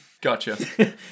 Gotcha